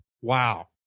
Wow